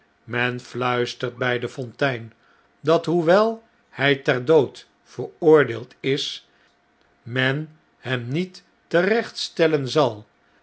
men lluistert bjj de fontein dat hoewel hij ter dood veroordeeld is men hem niet terechtstellen zal